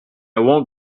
won’t